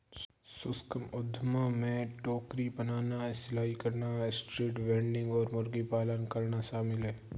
सूक्ष्म उद्यमों में टोकरी बनाना, सिलाई करना, स्ट्रीट वेंडिंग और मुर्गी पालन करना शामिल है